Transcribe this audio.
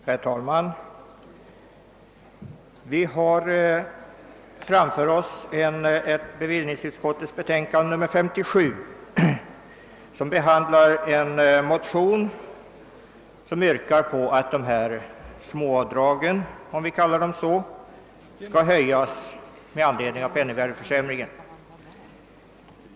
Herr talman! Vi har framför oss ett bevillningsutskottsbetänkande, nr 57, som behandlar ett motionspar, vari yrkas att dessa småavdrag, om vi får kalla dem så, skall höjas med anledning av penningvärdeförsämringen.